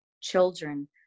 children